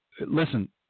Listen